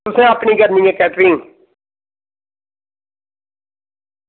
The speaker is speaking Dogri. तुसें अपनी करनी ऐ केटरिंग